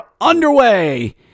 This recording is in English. underway